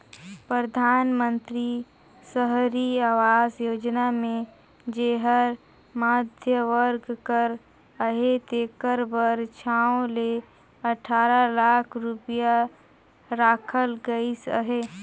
परधानमंतरी सहरी आवास योजना मे जेहर मध्यम वर्ग कर अहे तेकर बर छव ले अठारा लाख रूपिया राखल गइस अहे